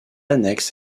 annexe